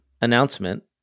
announcement